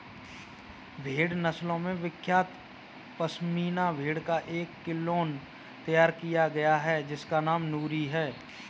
भेड़ नस्लों में विख्यात पश्मीना भेड़ का एक क्लोन तैयार किया गया है जिसका नाम नूरी है